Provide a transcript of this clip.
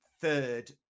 third